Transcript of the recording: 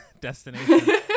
destination